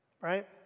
right